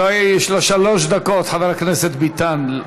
לא, יש לה שלוש דקות, חבר הכנסת ביטן.